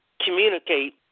communicate